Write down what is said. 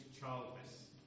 childless